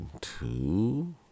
two